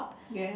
yes